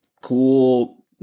cool